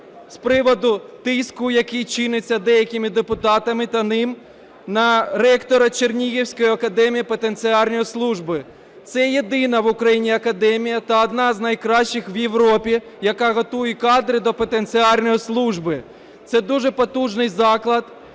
з приводу тиску, який чиниться деякими депутатами та ним на ректора Чернігівської академії пенітенціарної служби. Це єдина в Україні академія та одна з найкращих в Європі, яка готує кадри до пенітенціарної служби. Це дуже потужний заклад.